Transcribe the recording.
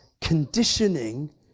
conditioning